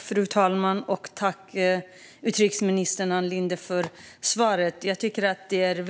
Fru talman! Tack, utrikesminister Ann Linde, för svaret! Jag tycker,